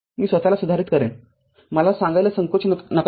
मी स्वत ला सुधारित करेल मला सांगायला संकोच करू नका